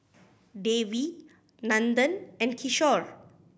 Devi Nandan and Kishore